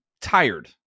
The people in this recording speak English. tired